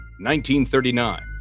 1939